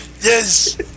Yes